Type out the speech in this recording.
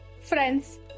Friends